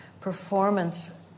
performance